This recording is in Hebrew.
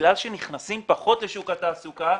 בגלל שנכנסים פחות לשוק התעסוקה,